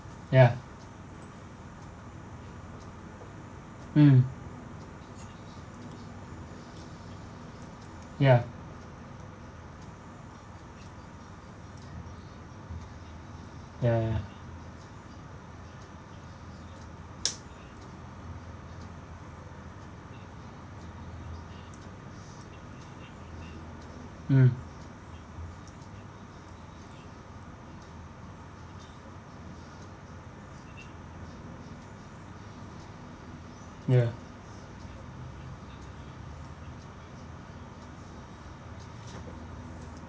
ya mm ya ya mm ya